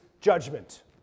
judgment